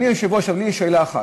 אדוני היושב-ראש, יש לי שאלה אחת.